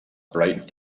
bright